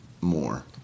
more